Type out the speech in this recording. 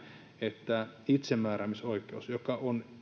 että itsemääräämisoikeus joka on